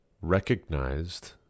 recognized